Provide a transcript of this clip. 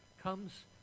comes